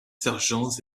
sergents